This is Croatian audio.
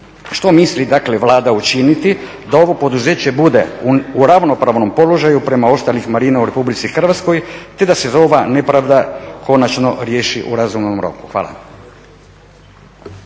Što misli, dakle, Vlada učiniti da ovo poduzeće bude u ravnopravnom položaju prema ostalim … u RH te da se ova nepravda konačno riješi u razumnom roku? Hvala.